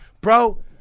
bro